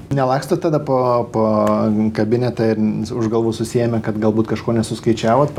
nelaksto tada po kabinetą ir už galvų susiėmę kad galbūt kažko nesuskaičiavot